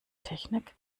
technik